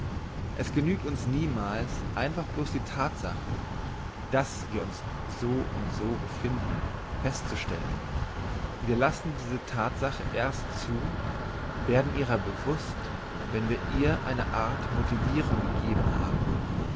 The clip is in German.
es genügt uns niemals einfach bloss die thatsache dass wir uns so und so befinden festzustellen wir lassen diese thatsache erst zu werden ihrer bewusst wenn wir ihr eine art motivirung gegeben haben